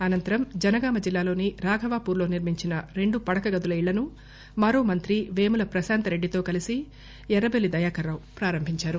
అనంతరం జనగామ జిల్లాలోని రాఘవాపూర్లో నిర్మించిన రెండు పడకగదుల ఇళ్లను మరో మంత్రి వేముల ప్రశాంత్ రెడ్లితో కలసి ఎర్రబెల్లి దయాకర్ రావు ప్రారంభించారు